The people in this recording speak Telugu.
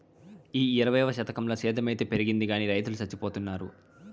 ఈ ఇరవైవ శతకంల సేద్ధం అయితే పెరిగింది గానీ రైతులు చచ్చిపోతున్నారు